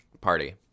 party